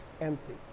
empty